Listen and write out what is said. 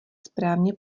správně